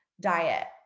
diet